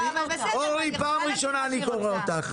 אורלי פעם ראשונה אני קורא אותך.